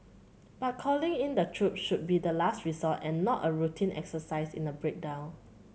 but calling in the troops should be the last resort and not a routine exercise in a breakdown